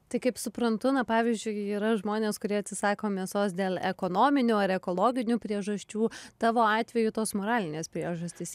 tai kaip suprantu na pavyzdžiui yra žmonės kurie atsisako mėsos dėl ekonominių ar ekologinių priežasčių tavo atveju tos moralinės priežastys